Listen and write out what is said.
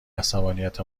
عصبانیت